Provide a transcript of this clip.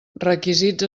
requisits